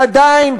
ועדיין,